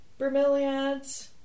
bromeliads